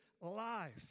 life